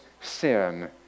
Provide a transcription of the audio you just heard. sin